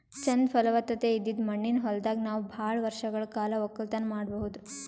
ಚಂದ್ ಫಲವತ್ತತೆ ಇದ್ದಿದ್ ಮಣ್ಣಿನ ಹೊಲದಾಗ್ ನಾವ್ ಭಾಳ್ ವರ್ಷಗಳ್ ಕಾಲ ವಕ್ಕಲತನ್ ಮಾಡಬಹುದ್